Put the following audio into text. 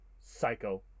Psycho